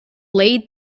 lead